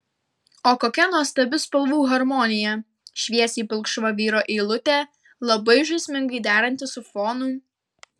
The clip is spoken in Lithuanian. o kokia nuostabi spalvų harmonija šviesiai pilkšva vyro eilutė labai žaismingai deranti su fonu